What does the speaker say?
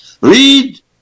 Read